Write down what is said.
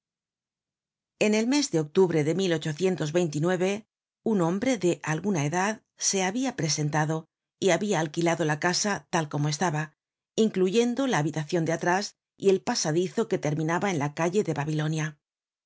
en el mes de octubre de un hombre de alguna edad se habia presentado y habia alquilado la casa tal como estaba incluyendo la habitacion de atrás y el pasadizo que terminaba en la calle de babilonia